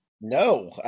No